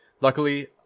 Luckily